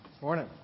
morning